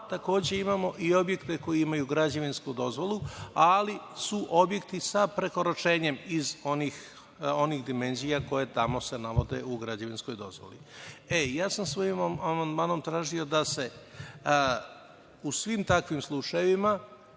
Takođe, imamo i objekte koji imaju građevinsku dozvolu, ali su objekti sa prekoračenjem iz onih dimenzija koje tamo se navode u građevinskoj dozvoli. Ja sam svojim amandmanom tražio da se u svim takvim slučajevima